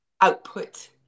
Output